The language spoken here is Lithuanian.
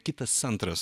kitas centras